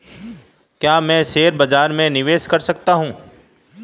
क्या मैं शेयर बाज़ार में निवेश कर सकता हूँ?